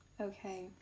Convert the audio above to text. Okay